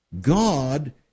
God